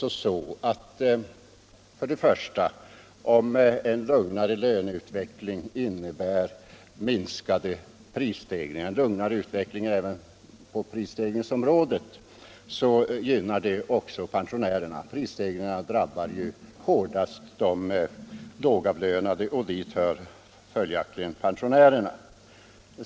Men till att börja med innebär en lugnare löneutveckling också en lugnare utveckling på prisstegringsområdet. Då gynnar det också pensionärerna. Prisstegringen drabbar hårdast lågavlönade, och dit hör pensionärerna.